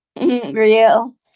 Real